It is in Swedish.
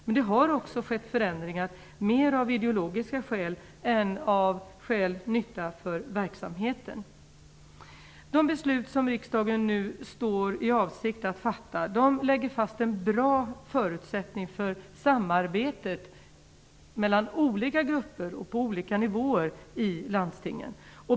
Men det har också skett förändringar mer av ideologiska skäl än för att de skulle vara till nytta för verksamheten. De beslut som riksdagen nu står i avsikt att fatta lägger fast en bra förutsättning för samarbetet mellan olika grupper och på olika nivåer i landstingen.